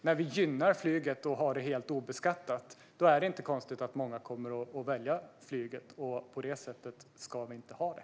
När vi gynnar flyget och har det helt obeskattat är det inte konstigt att många kommer att välja flyget. På det sättet ska vi inte ha det.